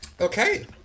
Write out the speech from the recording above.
Okay